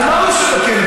על מה הוא יושב בכלא?